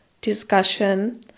discussion